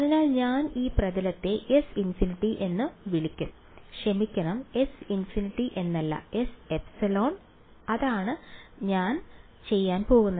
അതിനാൽ ഞാൻ ഈ പ്രതലത്തെ S infinity എന്ന് വിളിക്കും ക്ഷമിക്കണം S infinity എന്നല്ല Sε അതാണ് ഞാൻ ചെയ്യാൻ പോകുന്നത്